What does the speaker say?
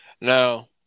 Now